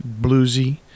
bluesy